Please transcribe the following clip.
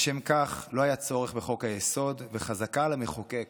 לשם כך לא היה צורך בחוק-היסוד וחזקה על המחוקק